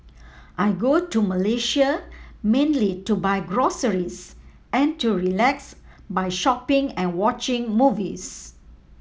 I go to Malaysia mainly to buy groceries and to relax by shopping and watching movies